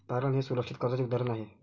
तारण हे सुरक्षित कर्जाचे उदाहरण आहे